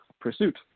pursuit